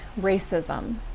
racism